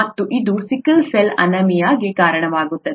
ಮತ್ತು ಇದು sickle cell ಅನೀಮಿಯಾಗೆ ಕಾರಣವಾಗುತ್ತದೆ